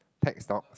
tax stocks